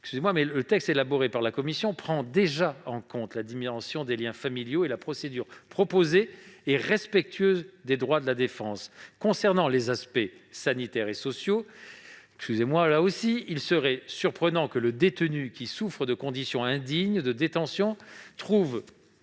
Le texte élaboré par la commission prend déjà en compte la dimension des liens familiaux, et la procédure proposée est respectueuse des droits de la défense. Concernant les aspects sanitaires et sociaux, il serait surprenant que le détenu qui souffre de conditions de détention indignes